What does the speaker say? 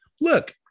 look